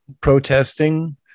protesting